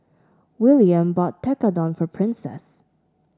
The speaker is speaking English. William bought Tekkadon for Princess